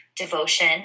Devotion